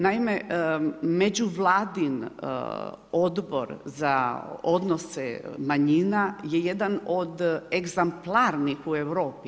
Naime, međuvladin Odbor za odnose manjina je jedan od egzamplarnih u Europih.